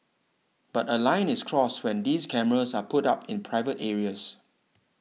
but a line is crossed when these cameras are put up in private areas